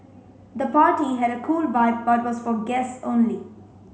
the party had a cool vibe but was for guests only